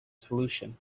solution